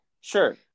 sure